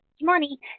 money